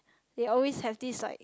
they always have this like